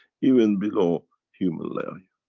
even bellow human layer.